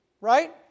right